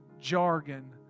jargon